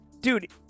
dude